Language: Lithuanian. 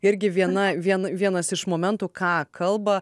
irgi viena vien vienas iš momentų ką kalba